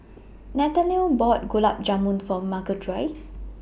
Nathaniel bought Gulab Jamun For Marguerite